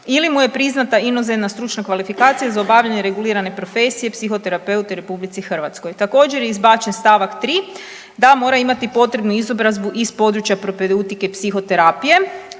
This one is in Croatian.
ili mu je priznata inozemna stručna kvalifikacija za obavljanje regulirane profesije psihoterapeuta u RH. Također je izbačen st. 3. da mora imati potrebnu izobrazbu iz područja propedutike i psihoterapije.